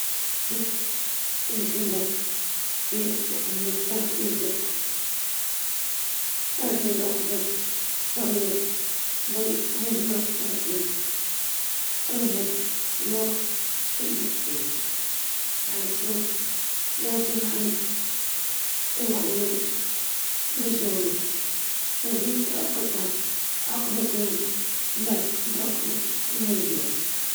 تبدأ بفتح الحذاء، ثم تقوم بربط الحبلين على شكل تقاطع فوق الحذاء، ثم تلف الحبلين على بعضهم البعض وتدخل كل حبل من فتحة الحذاء المقابلة، ثم تربط العقدة في النهاية.